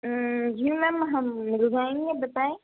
جی ma'am ہم ڈیزائنیں بتائیں